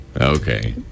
Okay